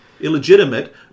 illegitimate